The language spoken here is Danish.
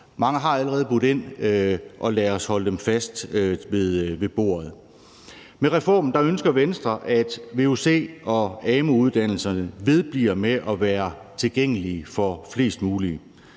Mange har allerede budt ind, og lad os holde dem fast ved bordet. Med reformen ønsker Venstre, at vuc- og amu-uddannelserne vedbliver med at være tilgængelige for flest mulige.